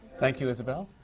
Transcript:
thank you, isabelle.